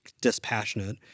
dispassionate